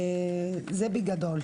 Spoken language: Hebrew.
זה בגדול.